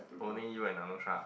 only you and Anusha